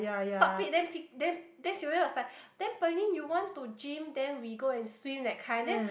stop it then P then then Sylvia was like then Pearlyn you want to gym then we go and swim that kind then